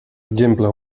exemple